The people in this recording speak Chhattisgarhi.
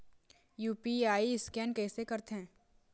यू.पी.आई स्कैन कइसे करथे?